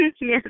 Yes